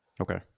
Okay